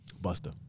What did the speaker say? Buster